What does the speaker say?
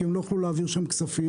כי הם לא יוכלו להעביר שם כספים.